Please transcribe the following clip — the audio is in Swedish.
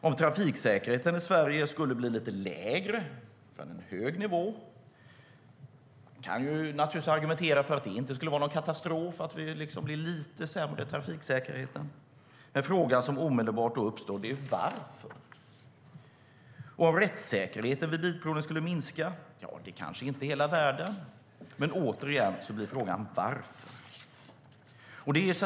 Om trafiksäkerheten i Sverige skulle bli lite lägre från en hög nivå skulle det väl inte vara någon katastrof för trafiksäkerheten, kan man naturligtvis argumentera. Men frågan som omedelbart uppstår är: Varför? Det är kanske inte hela världen om rättssäkerheten vid bilprovningen skulle minska. Men återigen blir frågan: Varför?